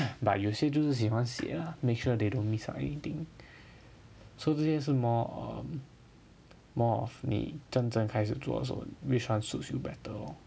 but 有些就是喜欢写 make sure they don't miss out anything so 这些是 more um more of 你真正开始做的时候 so which one suits you better lor